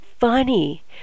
funny